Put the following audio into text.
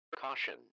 Caution